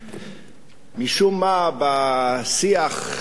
משום מה בשיח עד עכשיו,